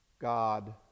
God